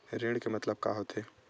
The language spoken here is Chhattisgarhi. ऋण के मतलब का होथे?